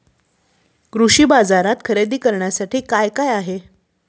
कृषी बाजारात खरेदी करण्यासाठी काय काय आहे?